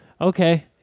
okay